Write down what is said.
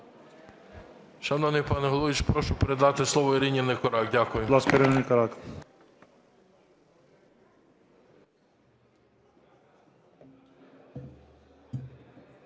Шановний пане головуючий, прошу передати слово Ірині Никорак. Дякую.